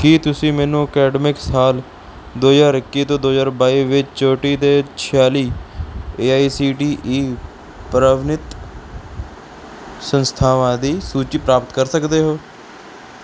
ਕੀ ਤੁਸੀਂ ਮੈਨੂੰ ਅਕੈਡਮਿਕ ਸਾਲ ਦੋ ਹਜ਼ਾਰ ਇੱਕੀ ਤੋਂ ਦੋ ਹਜ਼ਾਰ ਬਾਈ ਵਿੱਚ ਚੋਟੀ ਦੇ ਛਿਆਲੀ A I C T E ਪ੍ਰਵਾਨਿਤ ਸੰਸਥਾਵਾਂ ਦੀ ਸੂਚੀ ਪ੍ਰਾਪਤ ਕਰ ਸਕਦੇ ਹੋ